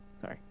Sorry